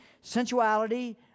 sensuality